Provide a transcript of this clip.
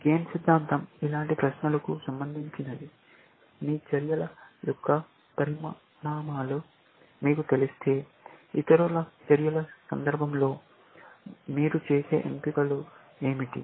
game సిద్ధాంతం ఇలాంటి ప్రశ్నలకు సంబంధించినది మీ చర్యల యొక్క పరిణామాలు మీకు తెలిస్తే ఇతరుల చర్యల సందర్భంలో మీరు చేసే ఎంపికలు ఏమిటి